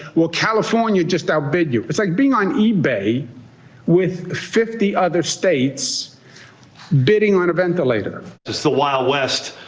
well, california just outbid you. it's like being on ebay with fifty other states bidding on a ventilator. it's the wild west.